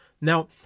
Now